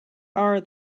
are